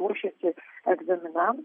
ruošėsi egzaminam